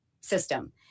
system